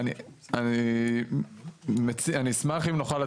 אני אשמח אם נוכל,